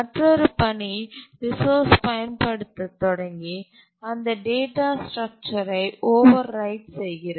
மற்றொரு பணி ரிசோர்ஸ் பயன்படுத்தத் தொடங்கி அந்த டேட்டா ஸ்டரக்சர் ஐ ஓவர்ரைட் செய்கிறது